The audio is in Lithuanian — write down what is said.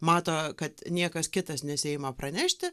mato kad niekas kitas nesiima pranešti